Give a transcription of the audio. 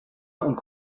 und